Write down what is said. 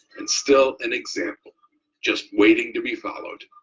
and still an example just waiting to be followed.